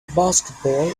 basketball